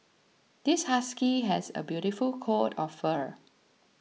this husky has a beautiful coat of fur